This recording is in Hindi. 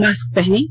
मास्क पहनें